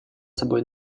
собой